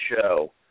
show